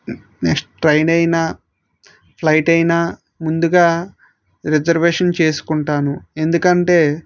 next train అయినా flight అయినా ముందుగా రిజర్వేషన్ చేసుకుంటాను ఎందుకంటే